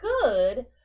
good